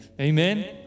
Amen